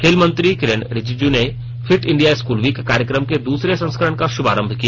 खेल मंत्री किरेन रिजिजू ने फिट इंडिया स्कूल वीक कार्यक्रम के दूसरे संस्करण का शुभारंभ किया